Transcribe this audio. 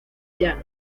llano